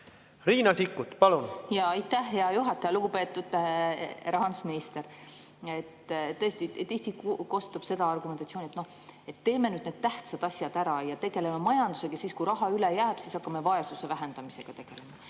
Riina Sikkut, palun! Aitäh, hea juhataja! Lugupeetud rahandusminister! Tõesti, tihti kostab seda argumentatsiooni, et teeme nüüd need tähtsad asjad ära ja tegeleme [kõigepealt] majandusega, ja siis, kui raha üle jääb, hakkame vaesuse vähendamisega tegelema.